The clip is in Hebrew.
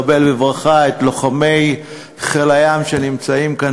בברכה את לוחמי חיל הים שנמצאים כאן